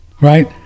right